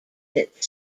that